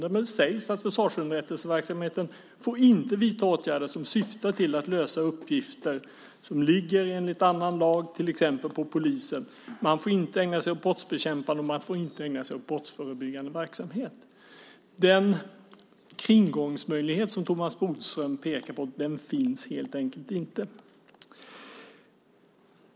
Där sägs att försvarsunderrättelseverksamheten inte får vidta åtgärder som syftar till att lösa uppgifter som lyder under annan lag, till exempel hör till polisens verksamhetsområde. Man får inte ägna sig åt brottsbekämpande, och man får inte ägna sig åt brottsförebyggande verksamhet. Den kringgångsmöjlighet som Thomas Bodström pekar på finns helt enkelt inte.